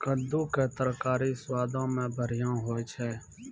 कद्दू के तरकारी स्वादो मे बढ़िया होय छै